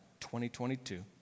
2022